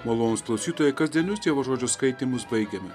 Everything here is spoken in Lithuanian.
malonūs klausytojai kasdienius dievo žodžio skaitymus baigėme